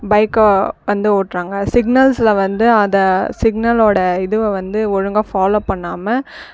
பைக்கை வந்து ஓட்டுறாங்க சிக்னல்ஸுல் வந்து அதை சிக்னலோடய இதுவே வந்து ஒழுங்காக ஃபாலோவ் பண்ணாமல்